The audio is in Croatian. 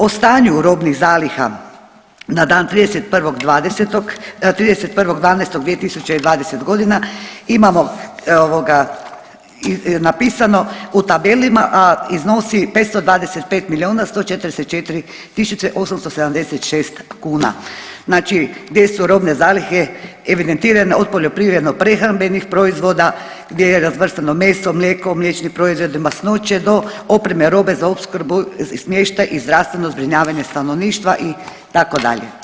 O stanju robnih zaliha na dan 31.12.2020.g. imamo napisano u tabelama, a iznosi 525 milijuna 144 tisuće 876 kuna, znači gdje su robne zalihe evidentirane od poljoprivredno-prehrambenih proizvoda gdje je razvrstano meso, mlijeko, mliječni proizvodi, masnoće do opreme robe za opskrbu, smještaj i zdravstveno zbrinjavanje stanovništva itd.